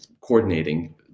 coordinating